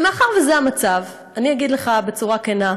מאחר שזה המצב, אני אגיד לך בצורה כנה: